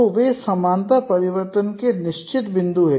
तो वे समानता परिवर्तन के निश्चित बिंदु हैं